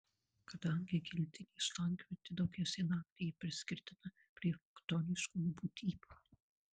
kadangi giltinė slankiojanti daugiausiai naktį ji priskirtina prie chtoniškųjų būtybių